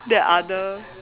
the other